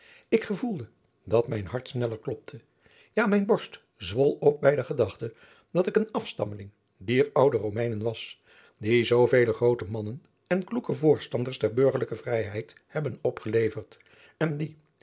ik gevoelde dat mijn hart sneller klopte ja mijn borst zwol op de gedachte dat ik een afstammeling dier oude romeinen was die zoovele groote mannen en kloeke voorstanders der burgerlijke vrijheid hebben opgeleverd en die